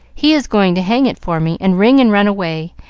he is going to hang it for me, and ring and run away,